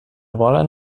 volen